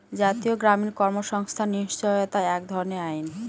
জাতীয় গ্রামীণ কর্মসংস্থান নিশ্চয়তা এক ধরনের আইন